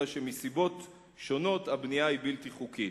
אלא שמסיבות שונות הבנייה היא בלתי חוקית.